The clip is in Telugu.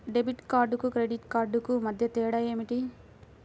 డెబిట్ కార్డుకు క్రెడిట్ క్రెడిట్ కార్డుకు మధ్య తేడా ఏమిటీ?